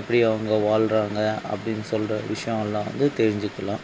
எப்படி அவங்க வாழ்கிறாங்க அப்படின் சொல்கிற விஷயம் எல்லாம் வந்து தெரிஞ்சுக்கிலாம்